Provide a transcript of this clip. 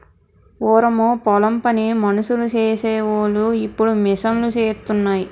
పూరము పొలం పని మనుసులు సేసి వోలు ఇప్పుడు మిషన్ లూసేత్తన్నాయి